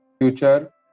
future